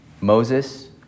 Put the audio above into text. Moses